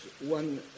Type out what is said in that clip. one